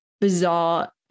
bizarre